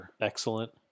excellent